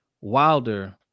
Wilder